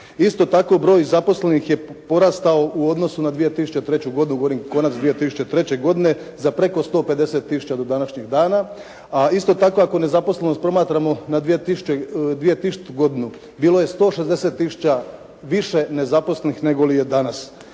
Isto tako, broj zaposlenih je porastao u odnosu na 2003. godinu, govorim konac 2003. godine, za preko 150 tisuća do današnjeg dana. A isto tako, ako nezaposlenost promatramo na 2000. godinu, bilo je 160 tisuća više nezaposlenih nego li je danas.